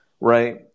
right